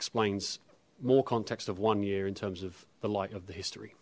explains more context of one year in terms of the light of the history